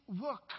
work